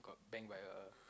got bang by a